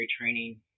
training